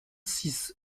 six